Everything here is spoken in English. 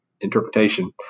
interpretation